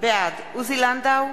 בעד עוזי לנדאו,